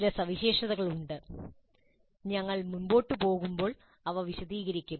ചില സവിശേഷതകൾ ഉണ്ട് ഞങ്ങൾ മുന്നോട്ടുപോവുമ്പോൾ അവ വിശദീകരിക്കും